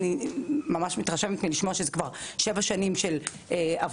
אני ממש מתרשמת לשמוע שזה כבר כשבע שנים של עבודה,